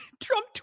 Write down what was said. Trump